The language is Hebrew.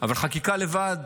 אבל חקיקה לבד,